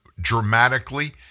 dramatically